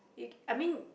I mean